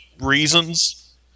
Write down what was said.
reasons